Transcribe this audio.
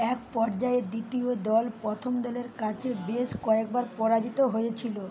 এক পর্যায়ে দ্বিতীয় দল প্রথম দলের কাছে বেশ কয়েকবার পরাজিত হয়েছিল